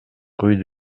rue